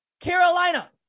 Carolina